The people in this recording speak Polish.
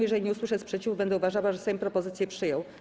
Jeżeli nie usłyszę sprzeciwu, będę uważała, że Sejm propozycję przyjął.